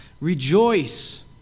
Rejoice